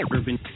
Urban